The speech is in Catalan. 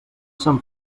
sant